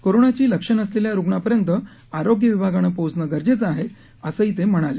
कोरोनाची लक्षण असलेल्या रुग्णापर्यंत आरोग्य विभागानं पोहचणं गरजेचं आहे असंही ते म्हणाले